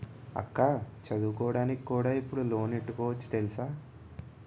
అక్కా చదువుకోడానికి కూడా ఇప్పుడు లోనెట్టుకోవచ్చు తెలుసా?